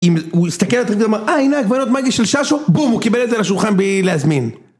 אם הוא הסתכל עליך ואומר אה הנה העגבניות מגי של ששו בום הוא קיבל את זה לשולחן בלי להזמין